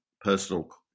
personal